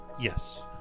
Yes